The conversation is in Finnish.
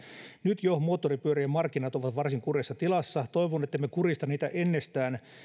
nyt jo moottoripyörien markkinat ovat varsin kurjassa tilassa toivon ettemme kurista niitä ennestään